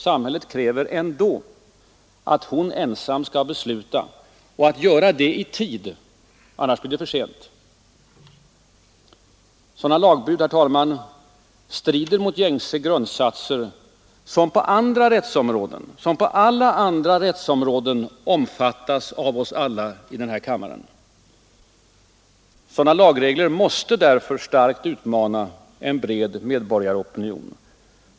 Samhället kräver ändå att hon ensam skall besluta, och att hon skall göra det i tid. Annars blir det för sent! Sådana lagbud, herr talman, strider mot gängse grundsatser som på andra rättsområden omfattas av oss alla i den här kammaren. Sådana lagregler måste därför starkt utmana en medborgaropinion.